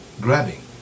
grabbing